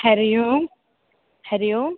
Hari Om Hari Om